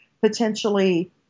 potentially